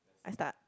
I start